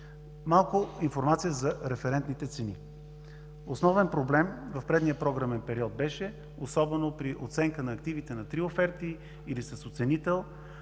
Малко информация за референтните цени. Основен проблем в предния програмен период беше особено при оценка на активите на три оферти или с оценител,